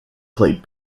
played